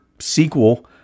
sequel